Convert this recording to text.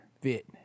fit